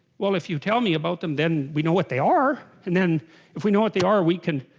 well if you tell me about them then we know what they are and then if we know what they are we can?